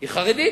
היא חרדית.